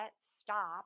stop